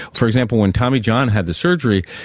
for example, when tommy john had the surgery,